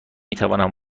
میتوانم